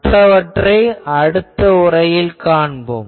மற்றவற்றை அடுத்த உரையில் காண்போம்